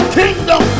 kingdom